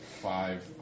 five